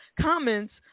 comments